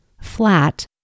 flat